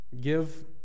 Give